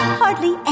hardly